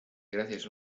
gracias